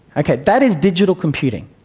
okay, that is digital computing,